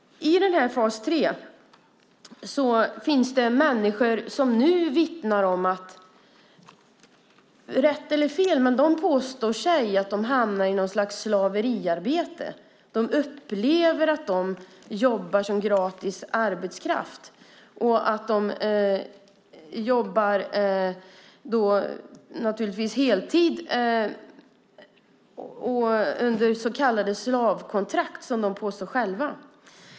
I fas 3 finns det människor som nu säger - rätt eller fel - att de hamnar i något slags slavarbete. De upplever att de jobbar som gratis arbetskraft. De jobbar, naturligtvis heltid, under så kallade slavkontrakt, som de påstår själva.